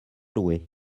loué